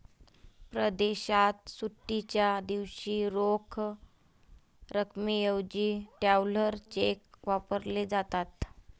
परदेशात सुट्टीच्या दिवशी रोख रकमेऐवजी ट्रॅव्हलर चेक वापरले जातात